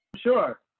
sure